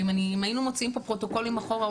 ואם היינו מוציאים פה פרוטוקולים אחורה,